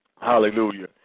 Hallelujah